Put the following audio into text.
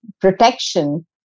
protection